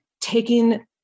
taking